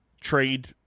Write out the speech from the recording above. trade